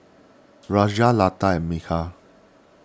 Razia Lata and Milkha